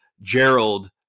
Gerald